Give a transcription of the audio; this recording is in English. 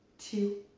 two.